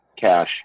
cash